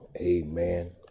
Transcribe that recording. Amen